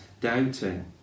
doubting